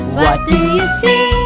what do you see?